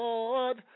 Lord